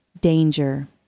danger